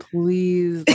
Please